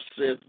says